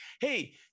hey